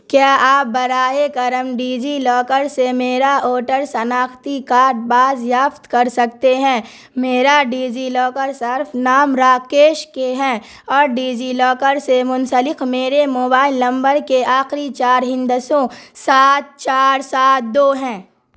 کیا آپ براہ کرم ڈیجی لاکر سے میرا ووٹر شناختی کارڈ بازیافت کر سکتے ہیں میرا ڈیجی لاکر صرف نام راکیش کے ہے اور ڈیجی لاکر سے منسلک میرے موبائل نمبر کے آخری چار ہندسوں سات چار سات دو ہیں